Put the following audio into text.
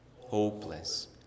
Hopeless